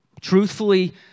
truthfully